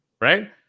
right